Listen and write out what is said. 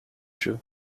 true